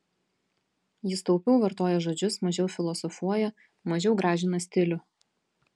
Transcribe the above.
jis taupiau vartoja žodžius mažiau filosofuoja mažiau gražina stilių